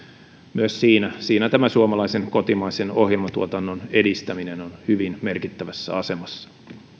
myös siinä siinä suomalaisen kotimaisen ohjelmatuotannon edistäminen on hyvin merkittävässä asemassa